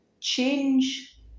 change